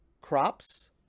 crops